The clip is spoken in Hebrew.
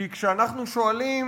כי כשאנחנו שואלים